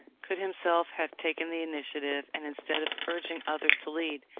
could himself have taken the initiative, and instead of urging others to lead,